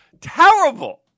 terrible